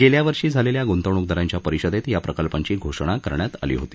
गेल्या वर्षी झालेल्या गुंतवणूकदारांच्या परिषदेत या प्रकल्पांची घोषणा करण्यात आली होती